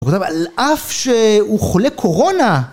הוא כותב על אף שהוא חולה קורונה.